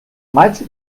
maig